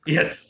Yes